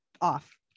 off